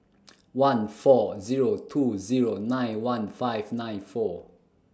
one four Zero two Zero nine one five nine four